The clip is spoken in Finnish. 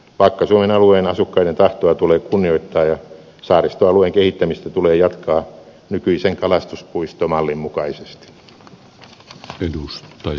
vakka suomen alueen asukkaiden tahtoa tulee kunnioittaa ja saaristoalueen kehittämistä tulee jatkaa nykyisen kalastuspuistomallin mukaisesti